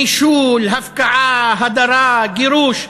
נישול, הפקעה, הדרה, גירוש.